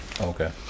Okay